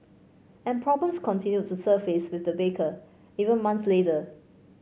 and problems continued to surface with the baker even months later